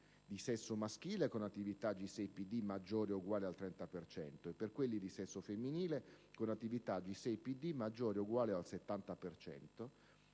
di sesso maschile con attività G6PD maggiore o uguale al 30 per cento e per quelli di sesso femminile con attività G6PD maggiore o uguale al 70